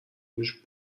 پوش